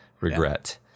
regret